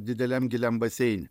dideliam giliam baseine